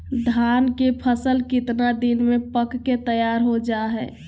धान के फसल कितना दिन में पक के तैयार हो जा हाय?